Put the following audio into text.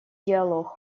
диалог